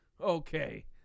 okay